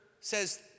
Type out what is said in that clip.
says